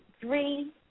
three